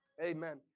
Amen